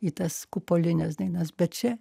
į tas kupolines dainas bet čia